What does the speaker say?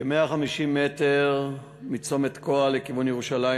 כ-150 מטר מצומת תקוע לכיוון ירושלים,